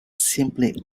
simply